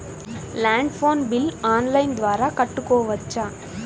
Land phone bill online ద్వారా కట్టుకోవచ్చు?